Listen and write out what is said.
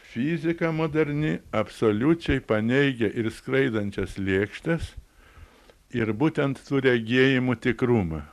fizika moderni absoliučiai paneigia ir skraidančias lėkštes ir būtent tų regėjimų tikrumą